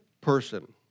person